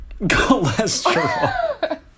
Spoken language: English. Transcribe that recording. Cholesterol